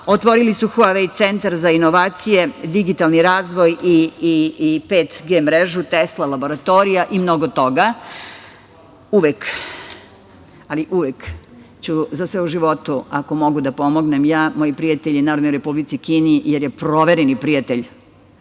Otvorili su „Huavei centar“ za inovacije, digitalni razvoj i 5G mrežu, Tesla laboratorija i mnogo toga. Uvek, ali uvek ću za sve u životu, ako mogu da pomognem, ja, moji prijatelji, Narodnoj Republici Kini, jer je provereni prijatelj